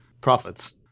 profits